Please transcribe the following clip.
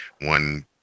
one